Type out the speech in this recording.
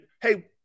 Hey